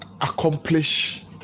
accomplish